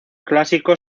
clásico